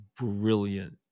brilliant